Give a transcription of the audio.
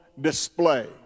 display